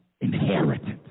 Inheritance